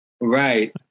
Right